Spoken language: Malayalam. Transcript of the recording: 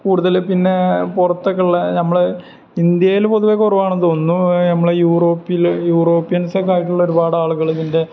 കൂടുതൽ പിന്നെ പുറത്ത് ഒക്കെ ഉള്ള നമ്മളെ ഇന്ത്യയില് പൊതുവെ കുറവാണെന്ന് തോന്നുന്നു നമ്മളെ യൂറോപ്പില് യൂറോപ്യൻസൊക്കെ ആയിട്ടുള്ള ഒരുപാട് ആളുകൾ ഇതിൻ്റെ